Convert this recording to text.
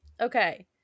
Okay